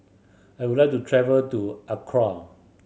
I would like to travel to Accra